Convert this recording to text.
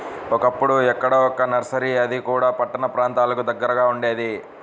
ఒకప్పుడు ఎక్కడో ఒక్క నర్సరీ అది కూడా పట్టణ ప్రాంతాలకు దగ్గరగా ఉండేది